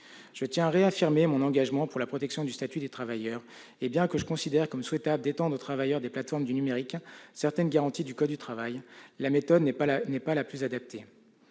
Je tiens à réaffirmer mon engagement pour la protection du statut des travailleurs, et bien que je considère comme souhaitable d'étendre aux travailleurs des plateformes du numérique certaines garanties du code du travail, la méthode n'est pas la plus adaptée.